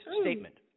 statement